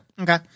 Okay